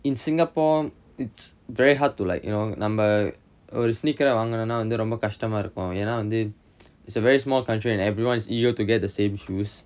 in singapore it's very hard to like you know நம்ம ஒரு:namma oru sneaker வாங்கனுனா வந்து ரொம்ப கஷ்டமா இருக்கும் ஏன்னா வந்து:vaanganunaa vanthu romba kashtamaa irukkum yaenna vanthu it's a very small country and everyone is eager to get the same shoes